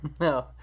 no